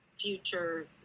future